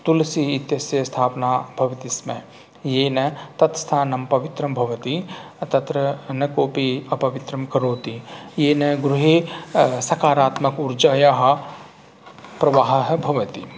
तुलसी इत्यस्य स्थापना भवति स्म येन तत् स्थानं पवित्रं भवति तत्र न कोऽपि अपवित्रं करोति येन गृहे सकारात्मक ऊर्जायाः प्रवाहः भवति